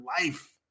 life